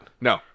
No